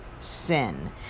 sin